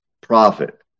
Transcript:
profit